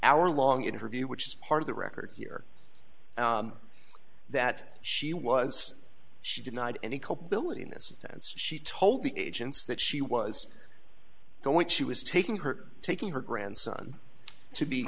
hour long interview which is part of the record here that she was she denied any culpability in this instance she told the agents that she was going she was taking her taking her grandson to be